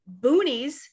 boonies